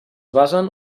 basen